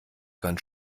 ganz